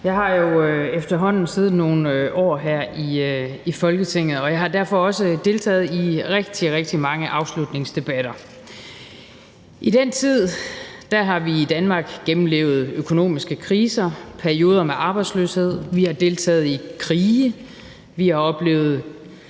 Jeg har jo efterhånden siddet nogle år her i Folketinget, og jeg har derfor også deltaget i rigtig, rigtig mange afslutningsdebatter. I den tid har vi i Danmark gennemlevet økonomiske kriser, perioder med arbejdsløshed, vi har deltaget i krige, vi har oplevet